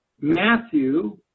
Matthew